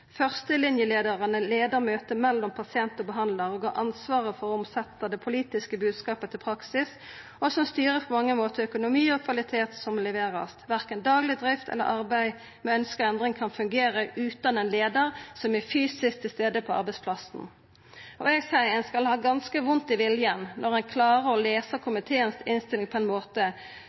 leder møtet mellom pasient og behandler, har ansvaret for å omsette det politiske budskapet til praksis, og styrer på mange måter økonomi og kvaliteten som leveres.» Og til slutt: «Verken daglig drift eller arbeid med ønsket endring kan fungere uten en leder som er fysisk til stede på arbeidsplassen.» Eg vil seia at ein skal ha ganske vondt i viljen når ein klarer å lesa komitéinnstillinga på ein måte